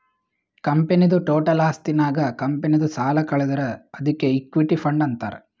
ಕಂಪನಿದು ಟೋಟಲ್ ಆಸ್ತಿ ನಾಗ್ ಕಂಪನಿದು ಸಾಲ ಕಳದುರ್ ಅದ್ಕೆ ಇಕ್ವಿಟಿ ಫಂಡ್ ಅಂತಾರ್